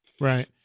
Right